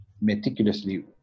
meticulously